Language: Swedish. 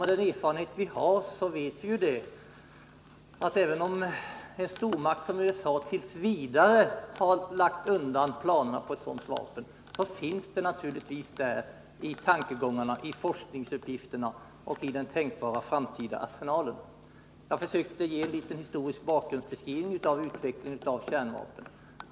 Med den erfarenhet vi har vet vi ju, att även om en stormakt som USA tills vidare har lagt undan planerna på ett sådant vapen, finns de naturligtvis med i tankarna, i forskningsuppgifterna och i den tänkbara framtida arsenalen. Jag försökte ge en liten historisk bakgrundsbeskrivning av utvecklingen av kärnvapen.